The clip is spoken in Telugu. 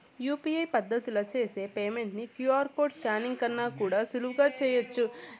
యూ.పి.ఐ పద్దతిల చేసి పేమెంట్ ని క్యూ.ఆర్ కోడ్ స్కానింగ్ కన్నా కూడా సులువుగా చేయచ్చు